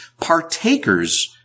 partakers